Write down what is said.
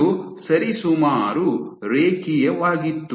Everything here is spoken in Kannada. ಇದು ಸರಿಸುಮಾರು ರೇಖೀಯವಾಗಿತ್ತು